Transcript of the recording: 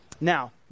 Now